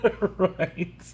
Right